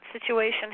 situation